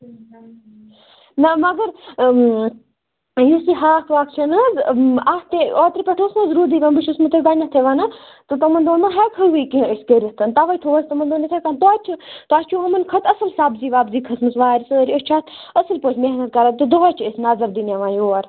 نہ مگر یُس یہِ ہاکھ واکھ چھُنہٕ حظ اَتھ تہِ اوترٕ پٮ۪ٹھٕے اوس نہٕ حظ روٗدٕے پیٚوان بہٕ چھَس تۄہہِ گۄڈنیٚتھٕے وَنان تہٕ تِمن دۅہن ما ہیٚکہاوٕے کیٚںٛہہ أسۍ کٔرِتھ تَوے تھَو اسہِ تِمن دۅہن یِتھٕے کٔنۍ توتہِ تۄہہِ چھِو یِمن کھۄتہٕ اصٕل سَبزی وَبزی کھٔژمٕژ وارِ سٲری أسۍ چھِ اَتھ اَصٕل پٲٹھۍ محنت کَران تہٕ دۅہے چھِ أسۍ نَظر دِنہِ یِوان یور